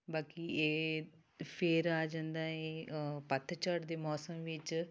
ਬਾਕੀ ਇਹ ਫਿਰ ਆ ਜਾਂਦਾ ਹੈ ਪੱਤਝੜ ਦੇ ਮੌਸਮ ਵਿੱਚ